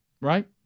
right